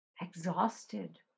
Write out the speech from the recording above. Exhausted